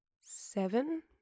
seven